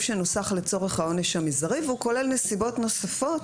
שנוסח לצורך העונש המזערי והוא כולל נסיבות נוספות